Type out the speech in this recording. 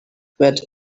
threat